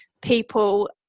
people